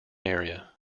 area